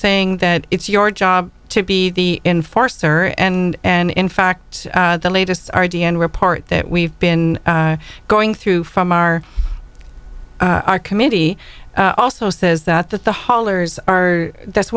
saying that it's your job to be the enforcer and and in fact the latest our d n a report that we've been going through from our our committee also says that that the hollers are that's